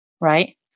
right